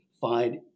find